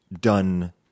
done